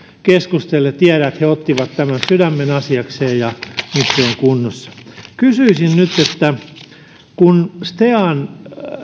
keskustelin tiedän että he ottivat tämän sydämenasiakseen ja nyt se on kunnossa kysyisin nyt kun stean